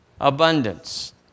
abundance